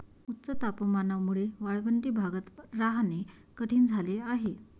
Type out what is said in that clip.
उच्च तापमानामुळे वाळवंटी भागात राहणे कठीण झाले आहे